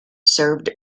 served